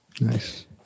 Nice